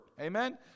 Amen